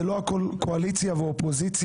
זה לא הכול קואליציה ואופוזיציה,